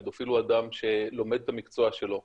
הפדופיל הוא אדם שלומד את המקצוע שלו,